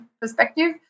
perspective